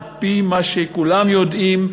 על-פי מה שכולם יודעים,